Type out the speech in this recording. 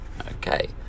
Okay